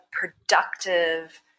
productive